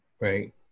right